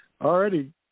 already